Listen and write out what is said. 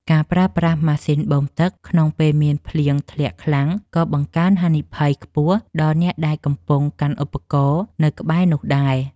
ការប្រើប្រាស់ម៉ាស៊ីនបូមទឹកក្នុងពេលមានភ្លៀងធ្លាក់ខ្លាំងក៏បង្កើនហានិភ័យខ្ពស់ដល់អ្នកដែលកំពុងកាន់ឧបករណ៍ ឬនៅក្បែរនោះដែរ។